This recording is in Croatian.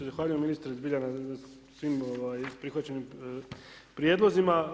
Zahvaljujem ministre zbilja na svim prihvaćenim prijedlozima.